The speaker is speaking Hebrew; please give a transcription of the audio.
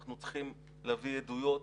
אנחנו צריכים להביא עדויות,